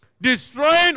destroying